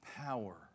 Power